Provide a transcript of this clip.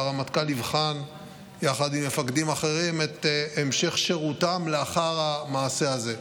והרמטכ"ל יבחן יחד עם מפקדים אחרים את המשך שירותם לאחר המעשה הזה.